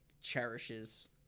cherishes